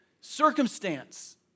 circumstance